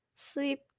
Sleep